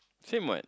same what